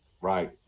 Right